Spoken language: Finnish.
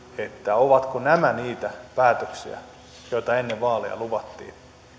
ovatko nämä niitä päätöksiä joita ennen vaaleja luvattiin